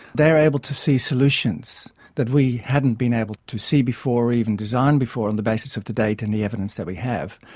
they are able to see solutions that we hadn't been able to see before or even design before on the basis of the data and the evidence that we have.